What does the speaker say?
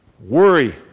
Worry